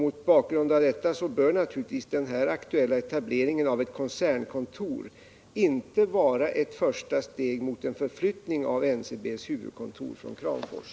Mot bakgrund av detta bör naturligtvis den aktuella etableringen av ett koncernkontor inte vara ett första steg mot en förflyttning av NCB:s huvudkontor från Kramfors.